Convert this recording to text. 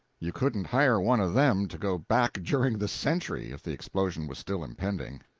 you couldn't hire one of them to go back during the century, if the explosion was still impending.